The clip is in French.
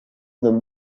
nomme